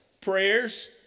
prayers